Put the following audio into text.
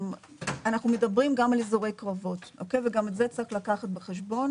אנחנו מדברים גם על אזורי קרבות וגם את זה צריך לקחת בחשבון